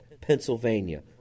Pennsylvania